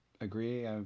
agree